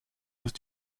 blues